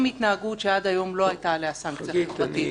התנהגות שעד היום לא הייתה עליה סנקציה חברתית,